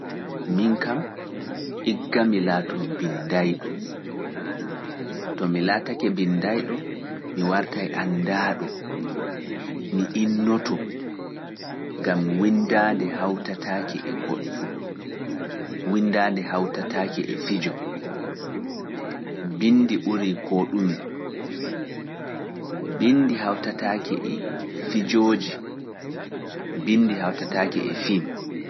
Min kam, igga mi laatoo binndayɗo. To mi laatake binndayɗo, mi wartay anndaaɗo, mi innoto, ngam winndaande hawtataake e goɗɗum, winndaande hawtataake e fijo, binndi ɓurii koo ɗumi, binndi hawtataake e fijooji, binndi hawtataake e film.